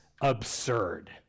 absurd